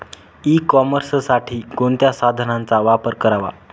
E कॉमर्ससाठी कोणत्या साधनांचा वापर करावा?